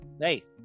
Hey